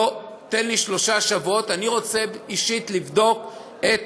לא, תן לי שלושה שבועות, אני רוצה אישית לבדוק את